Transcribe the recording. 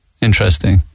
Interesting